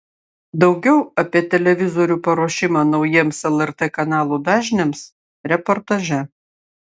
daugiau apie televizorių paruošimą naujiems lrt kanalų dažniams reportaže